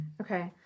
Okay